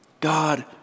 God